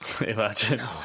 Imagine